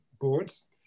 boards